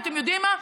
ואתם יודעים מה,